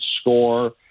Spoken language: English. score